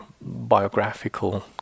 biographical